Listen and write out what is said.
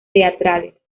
teatrales